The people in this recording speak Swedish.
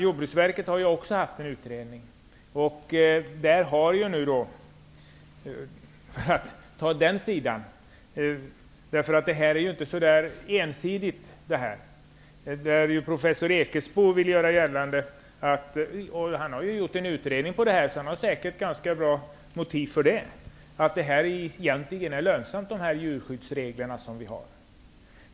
Jordbruksverket har också gjort en utredning -- det är inte så ensidigt det här -- där professor Ekesbo vill göra gällande, och han har säkert ganska goda motiv för det, att det egentligen är lönsamt med de djurskyddsregler som vi har.